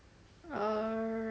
uh